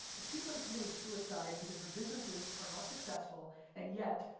there's people that are committing suicide because their businesses are not successful and yet,